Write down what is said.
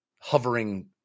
hovering